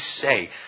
say